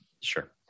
Sure